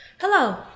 Hello